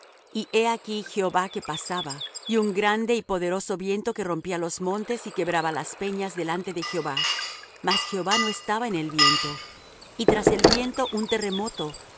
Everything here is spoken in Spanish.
y he aquí jehová que pasaba y un grande y poderoso viento que rompía los montes y quebraba las peñas delante de jehová mas jehová no estaba en el viento y tras el viento un terremoto